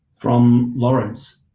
from lawrence,